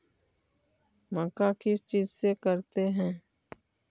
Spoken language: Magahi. मक्का किस चीज से करते हैं?